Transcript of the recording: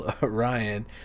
Ryan